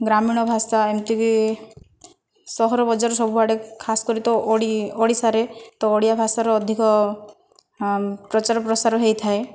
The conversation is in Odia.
ଗ୍ରାମୀଣ ଭାଷା ଏମିତିକି ସହର ବଜାର ସବୁଆଡ଼େ ଖାସ କରି ତ ଓଡ଼ିଶାରେ ତ ଓଡ଼ିଆ ଭାଷାର ଅଧିକ ପ୍ରଚାର ପ୍ରସାର ହୋଇଥାଏ